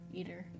eater